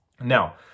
Now